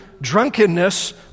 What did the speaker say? drunkenness